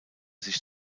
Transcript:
sich